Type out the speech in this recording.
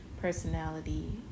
personality